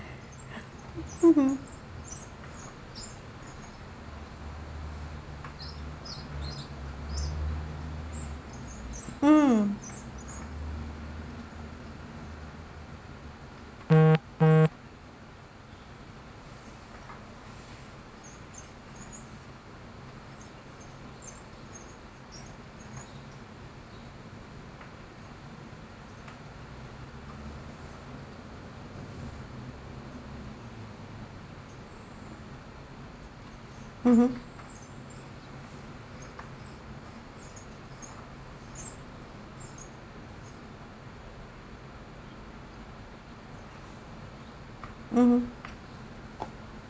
mmhmm mm mmhmm mmhmm